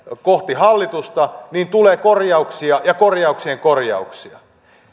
kohti hallitusta niin tulee korjauksia ja korjauksien korjauksia